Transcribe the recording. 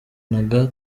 inda